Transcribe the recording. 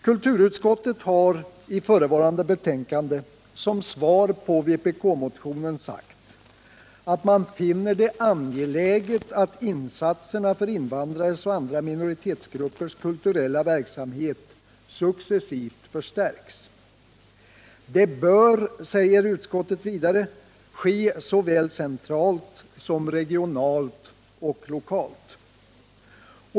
Kulturutskottet har i förevarande betänkande såsom svar på vpk-motionen anfört att man finner det angeläget att insatserna för invandrares och andra minoritetsgruppers kulturella verksamhet successivt förstärks. Det bör, säger utskottet vidare, ske såväl centralt som regionalt och lokalt.